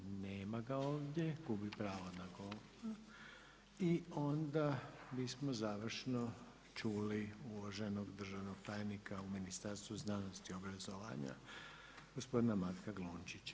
Nema ga ovdje, gubi pravo na govor, i onda bi smo završno čuli uvaženog državnog tajnika u Ministarstvu znanosti i obrazovanja, gospodina Matka Glunčića.